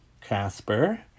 Casper